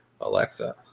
Alexa